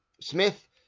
Smith